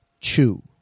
CHEW